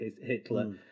Hitler